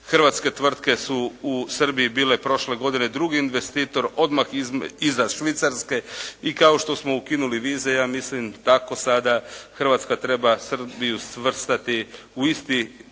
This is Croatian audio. Hrvatske tvrtke su u Srbiji bile prošle godine drugi investitor odmah iza Švicarske i kao što smo ukinuli vize ja mislim tako sada Hrvatska treba Srbiju svrstati u isti